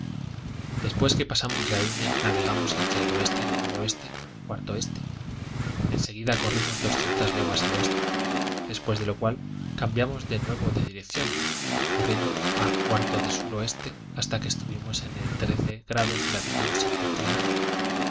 después que pasamos la línea navegamos entre el oeste y el noroeste cuarto oeste en seguida corrimos doscientas leguas al oeste después de lo cual cambiamos de nuevo de dirección corriendo a cuarto de suroeste hasta que estuvimos en el grados de latitud septentrional